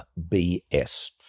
BS